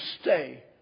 stay